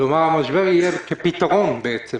כלומר, המשבר יהיה כפתרון בעצם